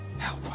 Help